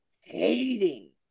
hating